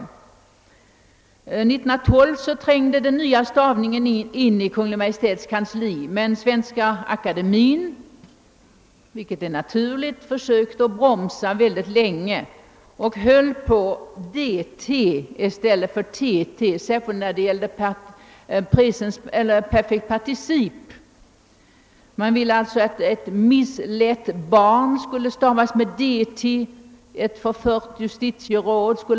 År 1912 trängde den nya stavningen in i Kungl. Maj:ts kansli, men Svenska akademien försökte — vilket är naturligt — bromsa mycket länge och höll på dt i ställt för tt, särskilt när det gällde perfekt particip. Man ville alltså att ett misslett barn skulle stavas med dt liksom ett förfört justitieråd o. s. v.